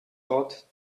odd